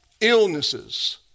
illnesses